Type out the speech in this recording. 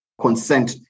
consent